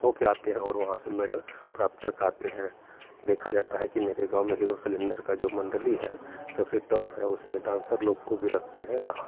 होके आते हैं और वहाँ से मेडल प्राप्त करके आते हैं देखा जाता है कि मेरे गाँव में हीरो शैलेन्द्र का जो मण्डली है सबसे टॉप है उसमें डांसर लोग को भी रखते हैं वह